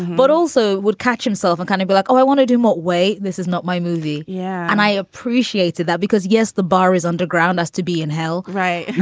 but also would catch himself a kind of like, oh, i want to do what way? this is not my movie. yeah. and i appreciated that because. yes, the bar is underground us to be in hell, right?